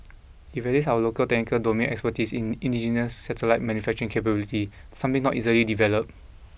it our local technical domain expertise in indigenous satellite manufacturing capability something not easily developed